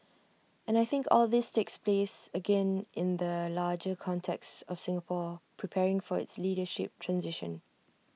and I think all this takes place again in that larger context of Singapore preparing for its leadership transition